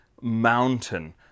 mountain